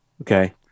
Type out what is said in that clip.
Okay